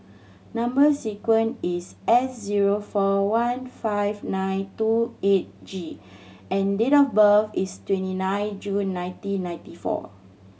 number sequence is S zero four one five nine two eight G and date of birth is twenty nine June nineteen ninety four